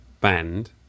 band